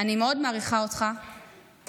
אני מאוד מעריכה אותך תמיד,